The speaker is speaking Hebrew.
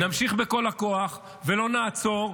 -- נמשיך בכל הכוח ולא נעצור,